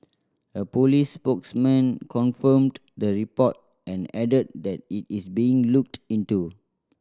a police spokesman confirmed the report and added that it is being looked into